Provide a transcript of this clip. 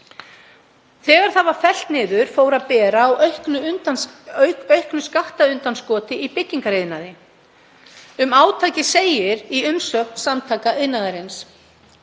Þegar það var fellt niður fór að bera á auknu skattundanskoti í byggingariðnaði. Um átakið segir í minnisblaði Samtaka iðnaðarins,